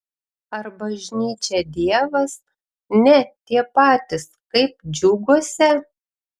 ar bažnyčia dievas ne tie patys kaip džiuguose